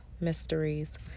Mysteries